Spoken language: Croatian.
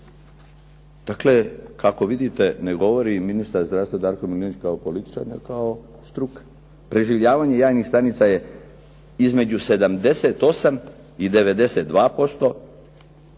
Dakle, kako vidite ne govori ministar zdravstva Darko Milinović kao političar, nego kao struka. Preživljavanje jajnih stanica je između 78 i 92%,